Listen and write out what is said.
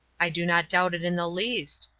i do not doubt it in the least,